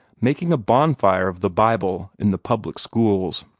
making a bonfire of the bible in the public schools.